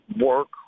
work